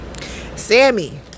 Sammy